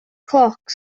cloc